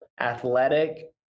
athletic